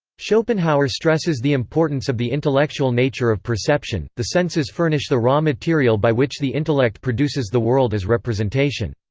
schopenhauer stresses the importance of the intellectual nature of perception, the senses furnish the raw material by which the intellect produces the world as representation.